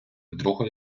другої